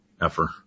effort